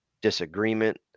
disagreement